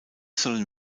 sollen